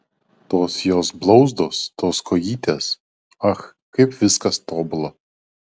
tos jos blauzdos tos kojytės ach kaip viskas tobula